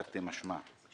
תרתי משמע.